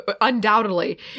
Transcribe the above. undoubtedly